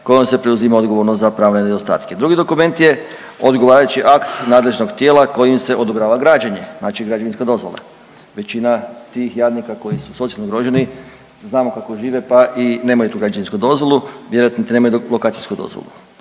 kojom se preuzima odgovornost za pravne nedostatke. Drugi dokument je odgovarajući akt nadležnog tijela kojim se odobrava građenje, znači građevinska dozvola. Većina tih jadnika koji su socijalno ugroženi znamo kako žive pa i nemaju tu građevinsku dozvolu, vjerojatno nemaju lokacijsku dozvolu.